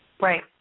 Right